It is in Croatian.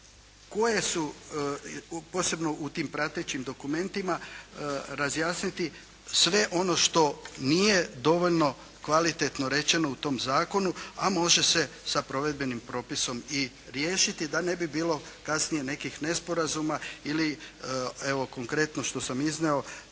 koje su, posebno u tim pratećim dokumentima razjasniti sve ono što nije dovoljno kvalitetno rečeno u tom zakonu a može se sa provedbenim propisom i riješiti da ne bi bilo kasnije nekih nesporazuma ili evo konkretno što sam iznio